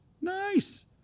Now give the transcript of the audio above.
Nice